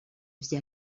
via